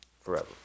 forever